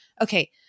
Okay